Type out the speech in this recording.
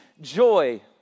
joy